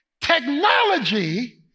technology